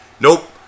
Nope